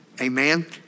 Amen